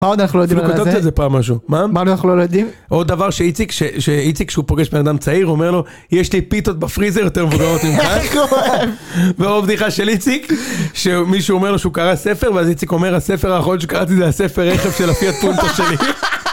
מה עוד אנחנו לא יודעים על זה? אתה כותבת על זה פעם משהו? מה עוד אנחנו לא יודעים? עוד דבר שאיציק, שאיציק כשהוא פוגש בנאדם צעיר אומר לו יש לי פיתות בפריזר יותר מבוגרות ממך ועוד בדיחה של איציק שמישהו אומר לו שהוא קרא ספר ואז איציק אומר, הספר האחרון שקראתי זה הספר רכב של הפיאט פונקו שלי